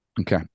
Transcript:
Okay